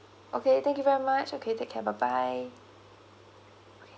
okay thank you very much okay take care bye bye okay